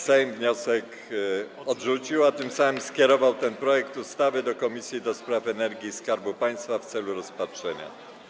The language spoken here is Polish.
Sejm wniosek odrzucił, a tym samym skierował ten projekt ustawy do Komisji do Spraw Energii i Skarbu Państwa w celu rozpatrzenia.